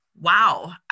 wow